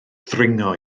ddringo